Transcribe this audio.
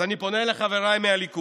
אז אני פונה לחבריי מהליכוד: